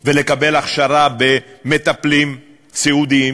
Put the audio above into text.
ולקבל הכשרה של מטפלים סיעודיים,